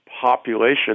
population